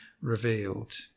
revealed